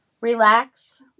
Relax